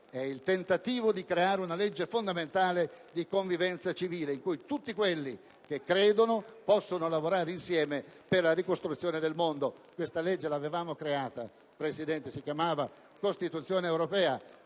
È il tentativo di creare una legge fondamentale di convivenza civile in cui tutti coloro che credono possono lavorare insieme per la ricostruzione del mondo. Questa legge l'avevamo creata, signor Presidente, si chiamava Costituzione europea.